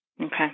Okay